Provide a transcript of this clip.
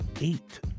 eight